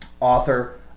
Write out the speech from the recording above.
author